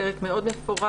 פרק מאוד מפורט